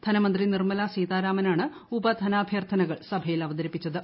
ധനമന്ത്രി നിർമ്മല സീതാരാമനാണ് ഉപധനാഭ്യർത്ഥനകൾ സഭയിൽ അവതരിപ്പിച്ചത്